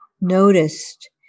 noticed